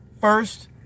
first